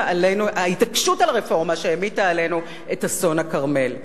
ההתעקשות על רפורמה שהמיטה עלינו את אסון הכרמל?